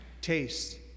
taste